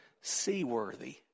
seaworthy